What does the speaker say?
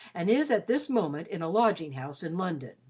and is at this moment in a lodging-house in london.